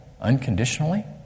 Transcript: unconditionally